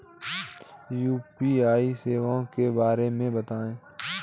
UPI सेवाओं के बारे में बताएँ?